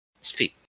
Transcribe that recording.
Speak